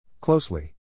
Closely